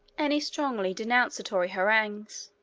any strongly denunciatory harangues.